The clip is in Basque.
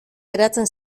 geratzen